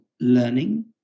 learning